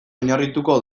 oinarrituko